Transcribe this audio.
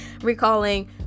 recalling